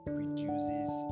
reduces